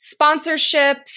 sponsorships